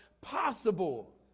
possible